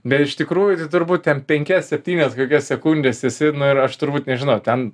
bet iš tikrųjų tai turbūt ten penkias septynias sekundes esi nu ir aš turbūt nežinau ten